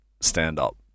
stand-up